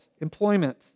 employment